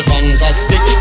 Fantastic